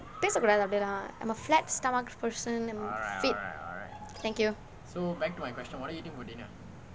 please look relevant lah I'm a flat stomachs person fit thank you so